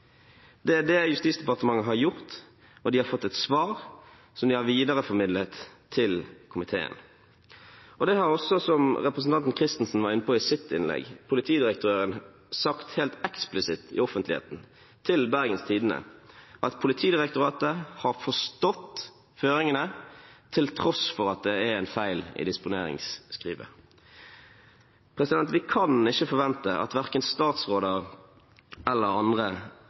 har fått et svar som de har videreformidlet til komiteen. Det har også – som representanten Christensen var inne på i sitt innlegg – politidirektøren sagt helt eksplisitt i offentligheten, til Bergens Tidende, at Politidirektoratet har forstått føringene, til tross for at det er en feil i disponeringsskrivet. Vi kan ikke forvente at verken statsråder eller andre